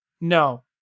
No